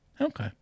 okay